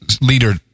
leader